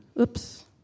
Oops